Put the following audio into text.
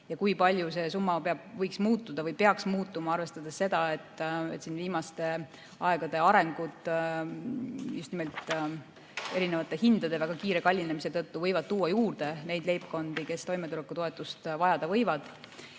kui palju see summa võiks muutuda või peaks muutuma, arvestades seda, et viimaste aegade arengud – just nimelt erinevate hindade väga kiire kallinemine – võivad tuua juurde leibkondi, kes toimetulekutoetust vajavad.